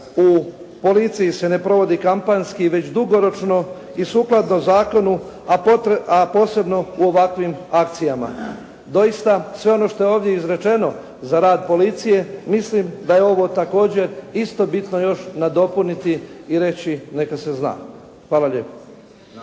u policiji se ne provodi kampanjski, već dugoročno i sukladno zakonu, a posebno u ovakvim akcijama. Doista sve ono što je ovdje izrečeno za rad policije mislim da je ovo također isto bitno još nadopuniti i reći neka se zna. Hvala lijepo.